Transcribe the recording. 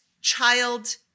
child